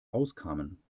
auskamen